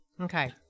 Okay